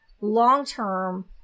long-term